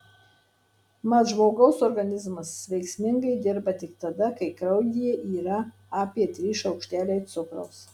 mat žmogaus organizmas veiksmingai dirba tik tada kai kraujyje yra apie trys šaukšteliai cukraus